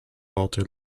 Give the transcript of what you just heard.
walter